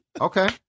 Okay